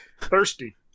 thirsty